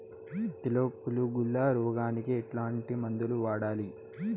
Kilo పులుగుల రోగానికి ఎట్లాంటి మందులు వాడాలి?